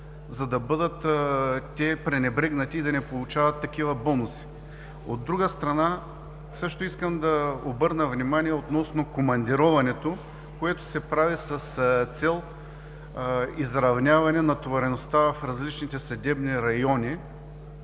за да бъдат те пренебрегнати и да не получават такива бонуси. От друга страна, също искам да обърна внимание относно командироването, което се прави с цел изравняване натовареността в различните съдебни райони.